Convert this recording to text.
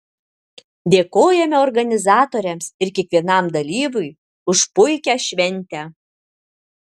dėkojame organizatoriams ir kiekvienam dalyviui už puikią šventę